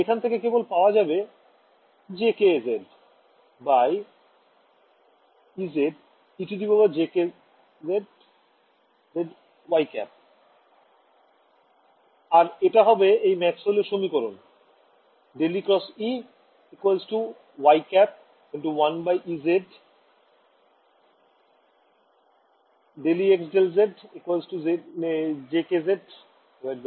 এখান থেকে কেবল পাওয়া যাবে jkz ez ejkz z yˆ আর এটা হবে সেই ম্যাক্সওয়েলের সমীকরণঃ ∇e × E yˆ 1ez ∂Ex∂z jkz ez ejkz z yˆ − jωμH ছাত্র ছাত্রীঃ সময় ০২৪৪